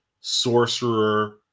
Sorcerer